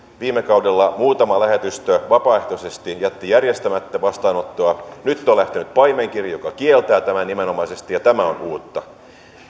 viime kaudella muutama lähetystö vapaaehtoisesti jätti järjestämättä vastaanottoa nyt on lähtenyt paimenkirje joka kieltää tämän nimenomaisesti ja tämä on uutta